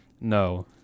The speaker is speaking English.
No